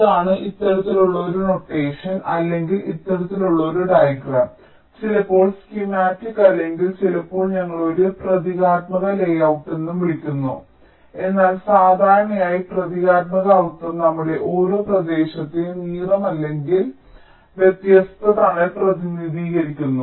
ഇതാണ് ഇത്തരത്തിലുള്ള ഒരു നൊട്ടേഷൻ അല്ലെങ്കിൽ ഇത്തരത്തിലുള്ള ഒരു ഡയഗ്രം ചിലപ്പോൾ സ്കീമാറ്റിക് അല്ലെങ്കിൽ ചിലപ്പോൾ ഞങ്ങൾ ഒരു പ്രതീകാത്മക ലേഔട്ട് എന്നും വിളിക്കുന്നു എന്നാൽ സാധാരണയായി പ്രതീകാത്മക അർത്ഥം നമ്മുടെ ഓരോ പ്രദേശത്തെയും നിറം അല്ലെങ്കിൽ വ്യത്യസ്ത തണൽ പ്രതിനിധീകരിക്കുന്നു